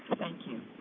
thank you.